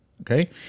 okay